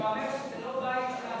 אתה אומר שזה לא בית של הלאום היהודי?